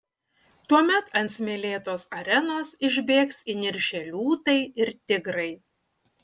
tuomet ant smėlėtos arenos išbėgs įniršę liūtai ir tigrai